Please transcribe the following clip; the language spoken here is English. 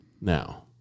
now